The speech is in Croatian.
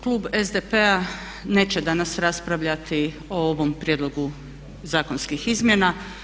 Klub SDP-a neće danas raspravljati o ovom prijedlogu zakonskih izmjena.